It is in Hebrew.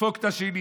לדפוק את השני,